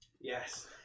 Yes